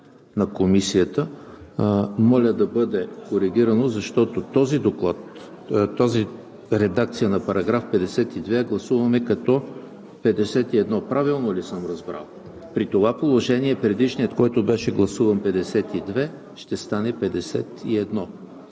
моля да бъде коригирана, защото редакцията на § 52 я гласуваме като § 51. Правилно ли съм разбрал? При това положение предишният, който беше гласуван – 52, ще стане § 51.